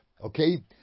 Okay